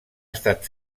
estat